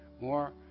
more